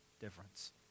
difference